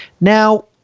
Now